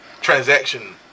transaction